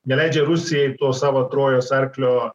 neleidžia rusijai to savo trojos arklio